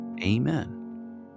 Amen